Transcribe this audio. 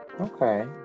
Okay